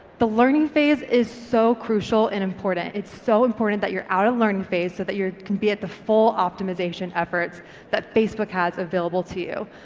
the learning phase is so crucial and important. it's so important that you're out of learning phase so that you're can be at the full optimisation efforts that facebook has available to you.